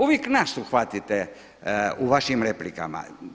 Uvijek nas uhvatite u vašim replikama.